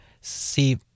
see